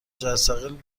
جرثقیل